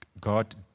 god